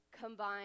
combine